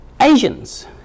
Asians